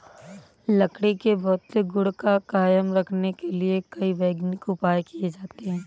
लकड़ी के भौतिक गुण को कायम रखने के लिए कई वैज्ञानिक उपाय किये जाते हैं